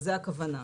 שזו הכוונה.